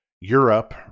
Europe